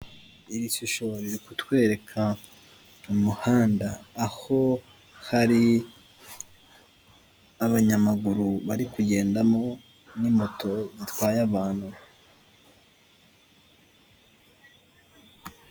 Iri shusho ni kutwereka umuhanda aho hari abanyamaguru bari kugendamo, n'imoto zitwaye abantu.